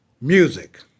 music